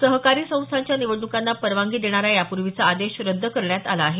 सहकारी संस्थांच्या निवडण्कांना परवानगी देणारा यापूर्वीचा आदेश रद्द करण्यात आला आहे